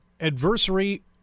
adversary